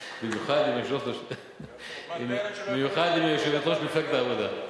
במיוחד אם היא יושבת-ראש מפלגת העבודה.